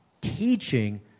teaching